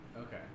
Okay